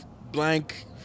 Blank